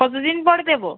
কত দিন পর দেবো